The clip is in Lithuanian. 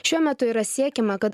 šiuo metu yra siekiama kad